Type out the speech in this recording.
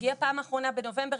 הגיע פעם אחרונה בנובמבר,